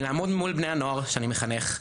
לעמוד מול בני הנוער שאני מחנך,